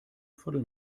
viertel